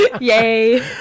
Yay